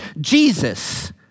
Jesus